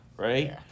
Right